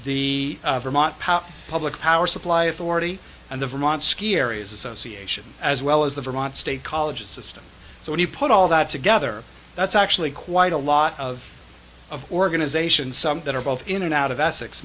the vermont power public power supply authority and the vermont ski areas association as well as the vermont state college system so when you put all that together that's actually quite a lot of of organization something or both in and out of e